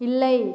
இல்லை